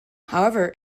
however